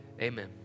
Amen